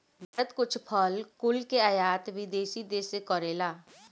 भारत कुछ फल कुल के आयत विदेशी देस से करेला